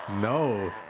no